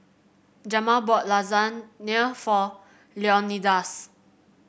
Jamal bought Lasagne for Leonidas